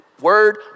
word